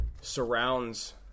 surrounds